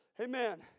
Amen